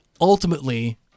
Ultimately